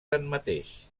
tanmateix